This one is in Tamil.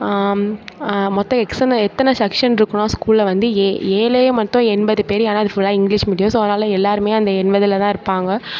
மொத்தம் எத்தனை செக்ஷன்ருக்குனால் ஸ்கூலில் வந்து ஏ ஏயிலே மொத்தம் எண்பது பேர் ஏன்னால் அது ஃபுல்லாக இங்கிலீஷ் மீடியம் ஸோ அதனால் எல்லாேருமே அந்த எண்பதில்தான் இருப்பாங்க